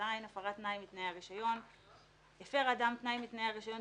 הפרת תנאי מתנאי הרישיון 25ז. הפר אדם תנאי מתנאי הרישיון,